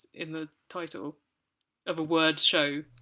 in the title of a words show?